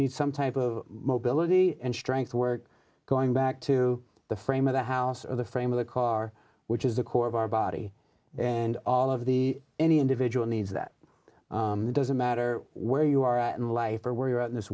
need some type of mobility and strength work going back to the frame of the house of the frame of the car which is the core of our body and all of the any individual needs that doesn't matter where you are at in life or where you are in this